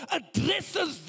addresses